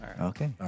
Okay